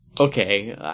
Okay